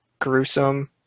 gruesome